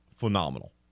Phenomenal